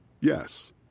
Yes